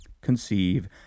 conceive